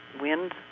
wind